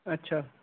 अच्छा